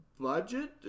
budget